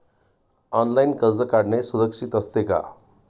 Online कर्ज काढणे सुरक्षित असते का?